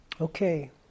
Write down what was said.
Okay